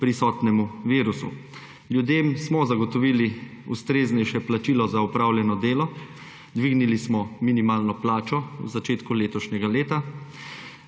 prisotnemu virusu. Ljudem smo zagotovili ustreznejše plačilo za opravljeno delo, dvignili smo minimalno plačo v začetku letošnjega leta.